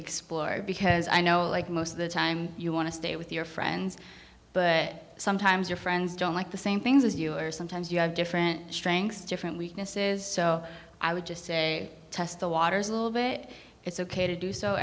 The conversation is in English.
explorer because i know like most of the time you want to stay with your friends but sometimes your friends don't like the same things as you or sometimes you have different strengths different weaknesses so i would just say test the waters a little bit it's ok to do so